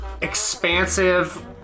Expansive